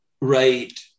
right